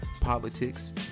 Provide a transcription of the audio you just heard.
politics